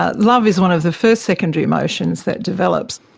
ah love is one of the first secondary emotions that develops.